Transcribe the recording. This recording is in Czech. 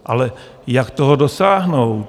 Ale jak toho dosáhnout?